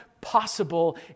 possible